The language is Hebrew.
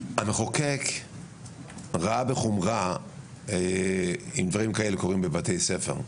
המחוקק ראה בחומרה אם דברים כאלה קורים בבתי ספר.